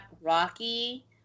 Rocky